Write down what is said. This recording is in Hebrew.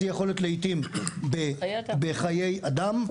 זה יכול להיות לעיתים בחיי אדם,